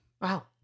Wow